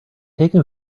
taken